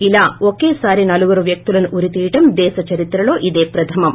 ఇలా ఒకేసారి నలుగురు వ్యక్తులను ఉరితీయటం దేశ చరిత్రలో ఇదే ప్రథమం